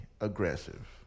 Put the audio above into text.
aggressive